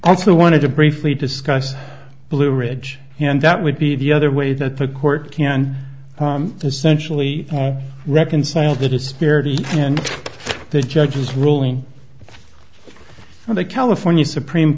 also wanted to briefly discuss blue ridge and that would be the other way that the court can essentially reconcile the disparity and the judge's ruling on the california supreme